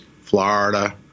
Florida